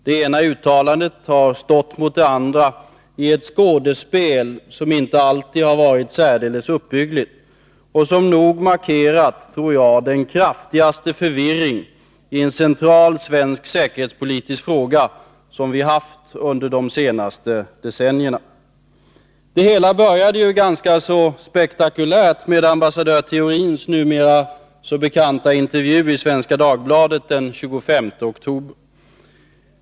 Det ena uttalandet har stått mot det andra i ett skådespel som inte alltid varit särdeles uppbyggligt och som nog markerat, tror jag, den kraftigaste förvirring i en central svensk säkerhetspolitisk fråga som vi haft under de senaste decennierna. Det hela började ju ganska så spektakulärt med ambassadör Theorins numera så bekanta intervju i Svenska Dagbladet den 25 oktober.